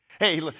Hey